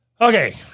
Okay